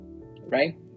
right